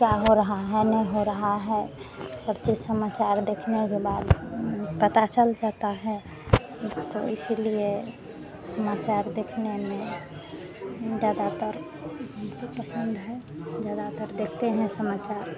क्या हो रहा है नहीं हो रहा है सब चीज़ समाचार देखने के बाद पता चल जाता है उंह तो इसीलिए समाचार देखने में ज़्यादातर ऊ हमको पसंद है ज़्यादातर देखते हैं समाचार